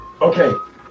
Okay